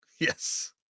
yes